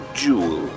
jewel